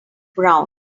brown